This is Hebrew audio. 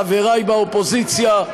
חברי באופוזיציה,